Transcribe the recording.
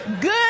good